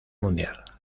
mundial